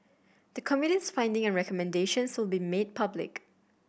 the Committee's finding and recommendations will be made public